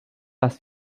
las